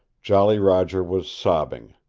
jolly roger was sobbing.